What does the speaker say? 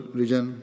region